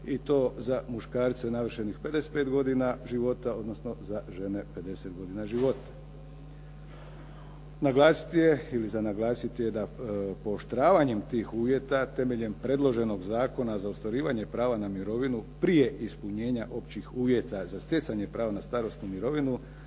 i to za muškarce navršenih 55 godina života, odnosno za žene 50 godina života. Naglasiti ili za naglasiti je da pooštravanjem tih uvjeta temeljem predloženog zakona za ostvarivanje prava na mirovinu prije ispunjenja općih uvjeta za stjecanje prava na starosnu mirovinu